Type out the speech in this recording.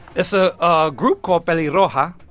it's a ah group called peliroja.